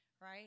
right